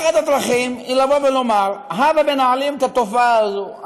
אחת הדרכים היא לבוא ולומר: הבה ונעלים את התופעה הזו,